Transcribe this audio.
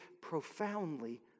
profoundly